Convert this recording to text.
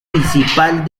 municipal